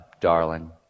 darling